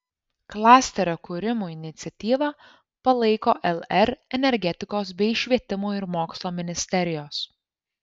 klasterio kūrimo iniciatyvą palaiko lr energetikos bei švietimo ir mokslo ministerijos